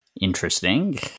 interesting